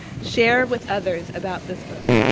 share with others about this book.